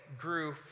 grew